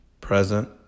present